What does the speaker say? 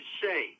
say